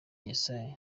yesaya